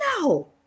no